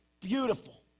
beautiful